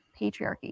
patriarchy